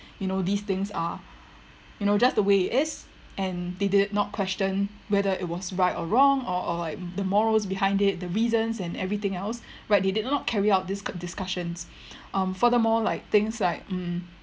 you know these things are you know just the way it is and they did not question whether it was right or wrong or or the morals behind it the reasons and everything else right they did not carry out dis~ discussions um furthermore like things like mm